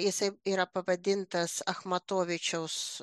jisai yra pavadintas achmatovičiaus